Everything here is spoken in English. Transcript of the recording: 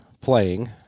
playing